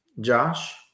Josh